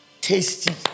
tasty